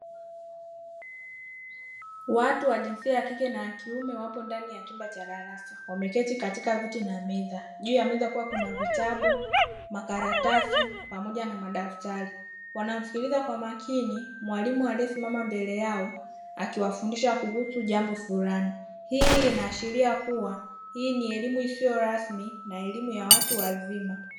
Watu wa jinsia ya kike na ya kiume wapo ndani ya chumba cha darasa, wameketi katika viti na meza. Juu ya meza kukiwa kuna: vitabu, makaratasi pamoja na madaftari; wanamsikiliza kwa makini mwalimu aliyesimama mbele yao akiwafundisha kuhusu jambo flani. Hii inaashiria kuwa hii ni elimu isiyo rasmi na elimu ya watu wazima.